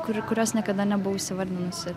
kuri kurios niekada nebuvau įsivardinusi